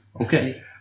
Okay